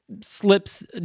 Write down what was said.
slips